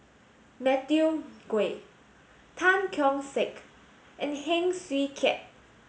Matthew Ngui Tan Keong Saik and Heng Swee Keat